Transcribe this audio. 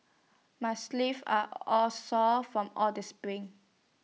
my are all sore from all the sprints